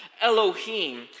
Elohim